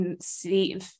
see